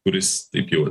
kuris taip jau